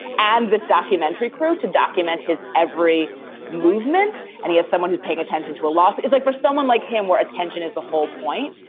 and this documentary crew to document his every movement. and he is someone who's paying attention to a loss. it's like for someone like him, where attention is the whole point,